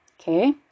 Okay